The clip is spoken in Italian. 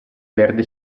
verde